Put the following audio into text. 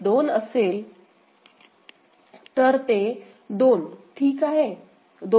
2 असेल तर ते 2 ठिक आहे 2